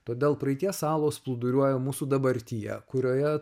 todėl praeities salos plūduriuoja mūsų dabartyje kurioje